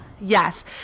yes